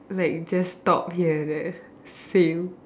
like just stop here and there same